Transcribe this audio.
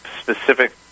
specific